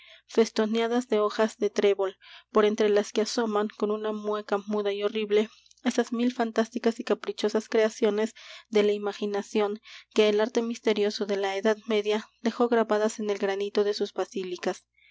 ojivas festoneadas de hojas de trébol por entre las que asoman con una mueca muda y horrible esas mil fantásticas y caprichosas creaciones de la imaginación que el arte misterioso de la edad media dejó grabadas en el granito de sus basílicas